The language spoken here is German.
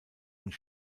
und